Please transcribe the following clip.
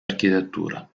architettura